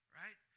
right